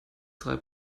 drei